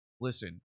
Listen